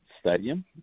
Stadium